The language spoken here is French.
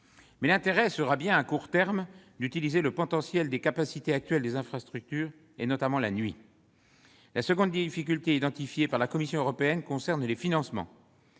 ces solutions sera, à court terme, d'utiliser le potentiel de capacité des infrastructures, notamment la nuit. La seconde difficulté identifiée par la Commission européenne concerne les financements.